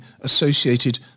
associated